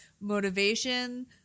motivation